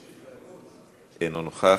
אינו נוכח,